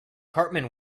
cartman